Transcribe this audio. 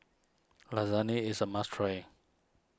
Lasagne is a must try